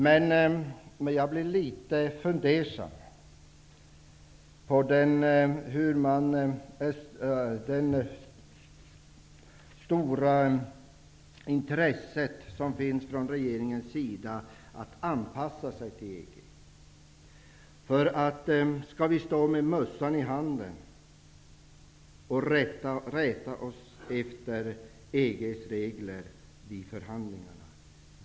Men jag blir litet fundersam över regeringens stora intresse av att anpassa sig till EG. Skall vi stå med mössan i handen och rätta oss efter EG:s regler vid förhandlingarna?